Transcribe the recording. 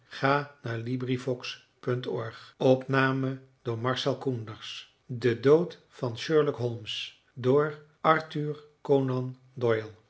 conan doyle de dood van sherlock holmes door